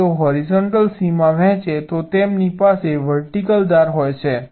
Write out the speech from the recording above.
જો તેઓ હોરિઝોન્ટલ સીમા વહેંચે તો તેમની પાસે વર્ટિકલ ધાર હોય છે